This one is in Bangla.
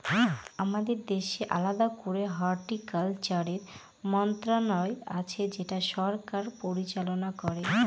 আমাদের দেশে আলাদা করে হর্টিকালচারের মন্ত্রণালয় আছে যেটা সরকার পরিচালনা করে